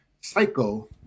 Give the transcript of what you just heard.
Psycho